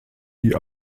die